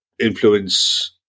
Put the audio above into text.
influence